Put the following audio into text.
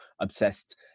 obsessed